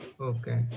Okay